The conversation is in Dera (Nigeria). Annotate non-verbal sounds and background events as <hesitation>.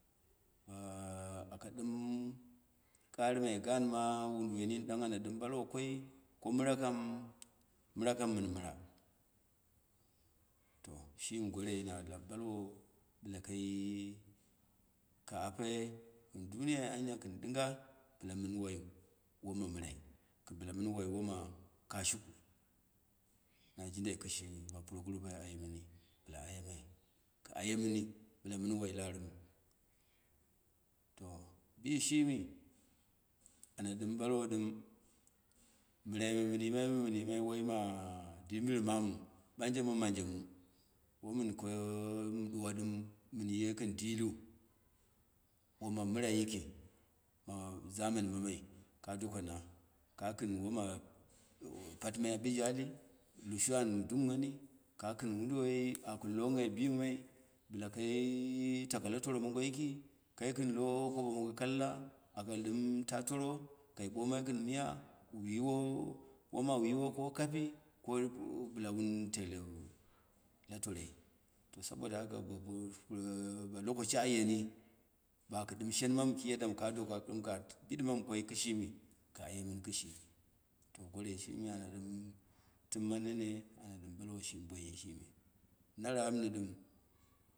<hesitation> a ka ɗɨm karɨ mai gam ma woduwoi nin ɗang ana ɗɨm ɓalwoi koi ko mɨra kam mira kam mɨn mɨra. To shimi porai na lap ɓalwo bɓla kai- ka ape, duniya anya kɨn ɗinga, bɓla mɨn woi woma mɨrai, bɨla mɨn woma kashiku nana jarindai kishimi, puroguru ba aye mɨni bɨla aye mai, kɨ aye mini, bɨla mɨn wai la ourɨma. To bishimi ana ɗɨm ɓalwo ɗim, mɨraime mɨn yimai me mɨnyimai woi ma dɨmbɨrɨmamu, banje mu woi mɨn ko mɨ ɓuwa ɗɨmu wo mɨn ye dilɨu, woma mɨrai yiki <hesitation> zam ani mamai kadokana, ka kɨn wona pyɨmai bijahi, lushau dunghari, ka kɨn wodumai aku loonghai bimai, bɨla kai taka lo toro mongo yiki, kai kɨn ko kobo mongo kalla, aka ɗɨm ta toro, kai ɓomai ko lapi <unintelligible> ko bɨla wun teile le boyi l tong. To, saboda haka bo lakoshi aye ni, ba kɨ dina hen mamu ki yaddam ka doka, ɗɨm ka biɗɨ mamu koi kɨshɨmi, ku aye mini ki shimi. To goroi shimi ana ɗɨm tɨmma nene ama ɗɨm ɓalwo ɗɨm boyi shɨmi, na rap ni.